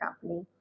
company